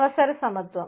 അവസര സമത്വം